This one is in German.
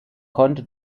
konnte